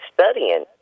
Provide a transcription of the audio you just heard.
studying